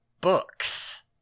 books